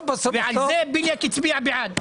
על זה בליאק הצביע בעד.